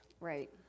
Right